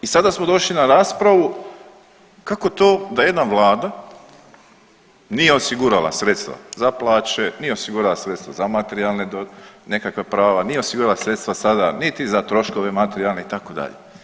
I sada smo došli na raspravu kako to da jedna vlada nije osigurala sredstva za plaće, nije osigurala sredstva za materijalne nekakva prava, nije osigurala sredstva sada niti za troškove materijalne, itd.